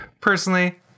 personally